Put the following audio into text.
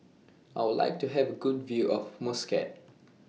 I Would like to Have A Good View of Muscat